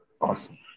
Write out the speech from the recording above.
awesome